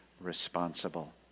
responsible